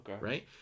right